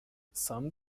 some